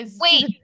Wait